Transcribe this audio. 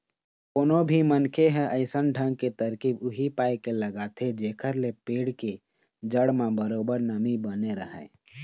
कोनो भी मनखे ह अइसन ढंग के तरकीब उही पाय के लगाथे जेखर ले पेड़ के जड़ म बरोबर नमी बने रहय